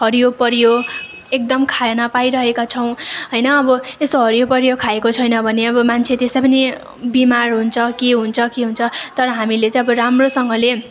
हरियो परियो एकदम खान पाइरहेका छौँ होइन अबो एसो हरियो परियो खाएको छैन भने मान्छे त्यसै पनि बिमार हुन्छ के हुन्छ के हुन्छ तर हामीले चाहिँ अब राम्रोसँगले